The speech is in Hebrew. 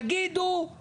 תגידו, כממשלה,